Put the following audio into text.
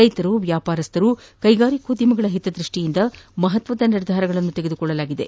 ರೈತರು ವ್ಯಾಪಾರಸ್ವರು ಕೈಗಾರಿಕೋದ್ದಮಿಗಳ ಹಿತದೃಷ್ಷಿಯಿಂದ ಮಹತ್ವದ ನಿರ್ಧಾರಗಳನ್ನು ತೆಗೆದುಕೊಳ್ಳಲಾಗಿದೆ